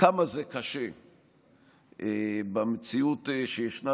כמה זה קשה במציאות שישנה,